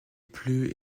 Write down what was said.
plus